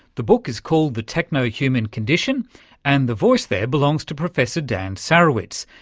the book is called the techno-human condition and the voice there belongs to professor dan sarewitz,